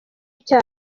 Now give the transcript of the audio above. cyacu